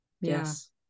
yes